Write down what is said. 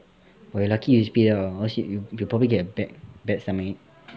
!wah! you lucky you spit it out ah or else you probably get a bad bad stomach ache